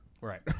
right